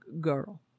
girl